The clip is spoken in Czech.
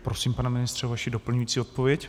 Prosím, pane ministře, vaši doplňující odpověď.